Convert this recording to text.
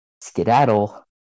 skedaddle